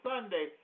Sunday